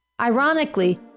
Ironically